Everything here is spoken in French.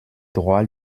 droits